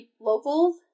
locals